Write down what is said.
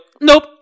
nope